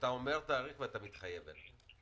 שאתה אומר תאריך ואתה מתחייב אליו.